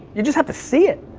you just have to see it.